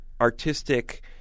artistic